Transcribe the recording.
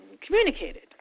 communicated